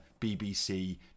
BBC